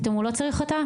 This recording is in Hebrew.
פתאום הוא לא צריך אותה?